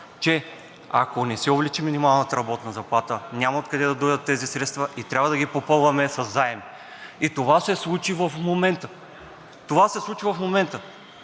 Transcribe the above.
че ако не се увеличи минималната работна заплата, няма откъде да дойдат тези средства и трябва да ги попълваме със заеми, и това се случи в момента. Това се случи в момента!